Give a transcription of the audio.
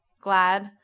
glad